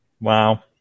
Wow